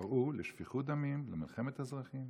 שקראו לשפיכות דמים, למלחמת אזרחים.